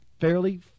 fairly